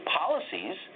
policies